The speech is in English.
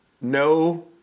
no